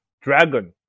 dragon